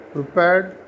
prepared